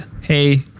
hey